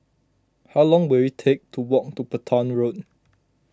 how long will it take to walk to Petain Road